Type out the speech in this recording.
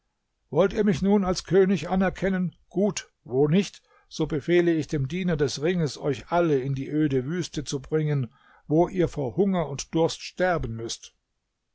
wollt ihr mich nun als könig anerkennen gut wo nicht so befehle ich dem diener des ringes euch alle in öde wüste zu bringen wo ihr vor hunger und durst sterben müßt